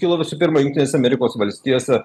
kilo visų pirma jungtinėse amerikos valstijose